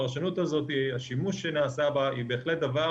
הפרשנות הזאת, השימוש שנעשה בה היא בהחלט דבר